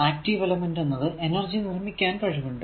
active element എന്നതിന് energy നിർമിക്കാൻ കഴിവുണ്ട്